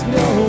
no